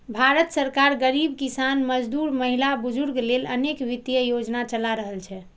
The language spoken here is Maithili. भारत सरकार गरीब, किसान, मजदूर, महिला, बुजुर्ग लेल अनेक वित्तीय योजना चला रहल छै